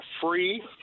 free